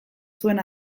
zuen